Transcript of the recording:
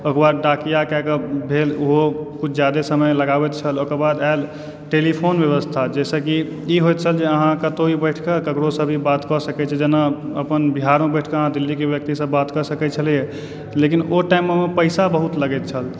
ओहिके बाद डाकिया कए कऽ भेल ओहो किछु जादे समय लगाबैत छल ओकर बाद आयल टेलीफोन व्यवस्था जाहि सऽ कि ई होयत छल जे अहाँ कतौ भी बैठ कऽ ककरो सऽ भी बात कऽ सकै छी जेना अपन बिहारमे बैठ कऽ अहाँ दिल्ली के व्यक्ति सऽ बात कऽ सकै छलियै लेकिन ओ टाइममे पैसा बहुत लगैत छल